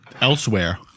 elsewhere